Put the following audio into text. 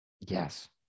yes